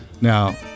Now